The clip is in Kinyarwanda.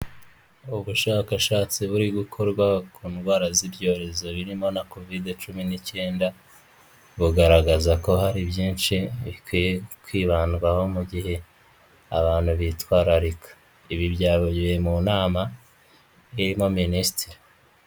Ubushakashatsi buri gukorwa ku ndwara z'ibyorezo birimo na kovide cumi n'ikenda, bugaragaza ko hari byinshi bikwiye kwibandwaho mu gihe abantu bitwararika, ibi byavugiwe mu nama irimo minisitiri.